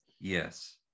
Yes